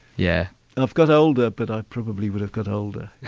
yeah and i've got older, but i probably would have got older